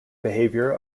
behaviour